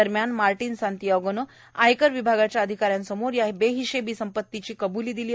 दरम्यान मार्टिन सांतीयागोनं आयकर विभागाच्या अधिका यांसमोर या बेहिशीबी संपत्तीची कब्ली दिली आहे